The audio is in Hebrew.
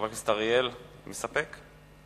חבר הכנסת אריאל, מסתפק?